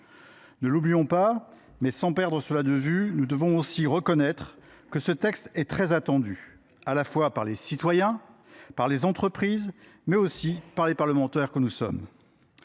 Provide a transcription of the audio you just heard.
Ne l’oublions pas, nous devons aussi reconnaître que ce texte est très attendu, à la fois par les citoyens, par les entreprises, mais aussi par les parlementaires que nous sommes.